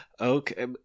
Okay